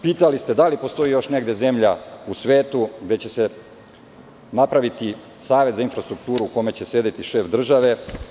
Pitali ste da li postoji još negde zemlja u svetu gde će se napraviti savet za infrastrukturu u kome će sedeti šef države.